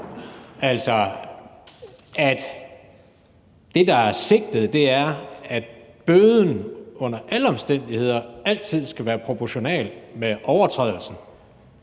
Altså, det, der er sigtet, er, at bøden under alle omstændigheder altid skal være proportional med overtrædelsen,